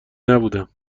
نبودم